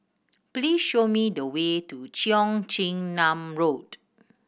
please show me the way to Cheong Chin Nam Road